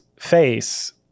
face